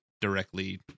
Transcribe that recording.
directly